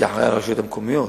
כאחראי על הרשויות המקומיות,